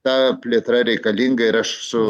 ta plėtra reikalinga ir aš su